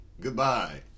Goodbye